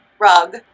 rug